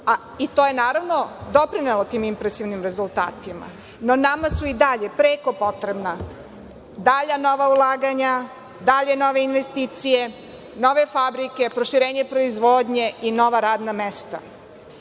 i to je naravno doprinelo tim impresivnim rezultatima. No, nama su i dalje preko potrebna dalja nova ulaganja, dalje nove investicije, nove fabrike, proširenje proizvodnje i nova radna